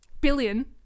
Billion